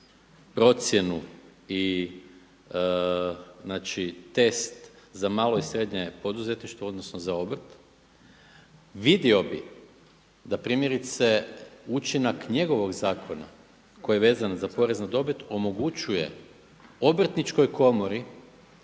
procjenu i znači test za malo i srednje poduzetništvo, odnosno za obrt vidio bih da primjerice učinak njegovog zakona koji je vezan za porez na dobit omogućuje Obrtničkoj komori